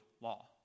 law